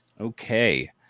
Okay